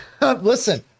Listen